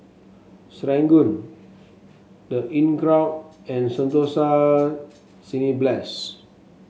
Serangoon The Inncrowd and Sentosa Cineblast